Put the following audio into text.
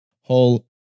whole